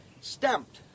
Stamped